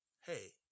Hey